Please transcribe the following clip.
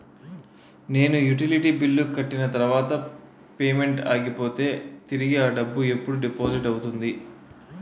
నేను utility bill కట్టిన తర్వాత పేమెంట్ ఆగిపోతే తిరిగి అ డబ్బు ఎప్పుడు డిపాజిట్ అవుతుంది?